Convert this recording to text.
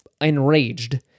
enraged